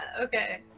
okay